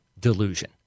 delusion